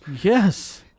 Yes